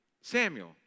Samuel